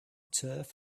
turf